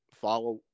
follow